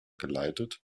geleitet